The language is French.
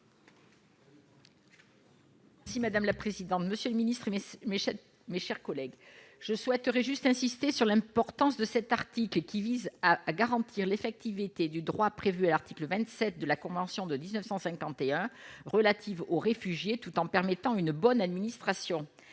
Si madame la présidente, monsieur le Ministre, mais mes chers collègues, je souhaiterais juste insister sur l'importance de cet article qui vise à garantir l'effectivité du droit prévu à l'article 27 de la Convention de 1951 relative aux réfugiés, tout en permettant une bonne administration,